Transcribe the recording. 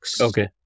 okay